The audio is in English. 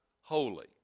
holy